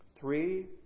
Three